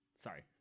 sorry